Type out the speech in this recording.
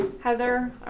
Heather